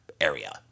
area